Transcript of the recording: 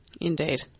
Indeed